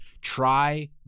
Try